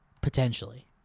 Potentially